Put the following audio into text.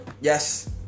Yes